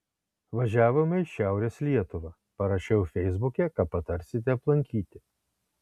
važiavome į šiaurės lietuvą parašiau feisbuke ką patarsite aplankyti